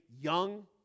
young